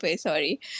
sorry